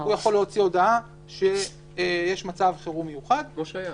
הוא יכול להוציא הודעה שיש מצב חירום מיוחד --- כמו שהיה.